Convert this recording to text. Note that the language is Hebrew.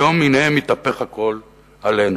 והיום הנה מתהפך הכול עלינו.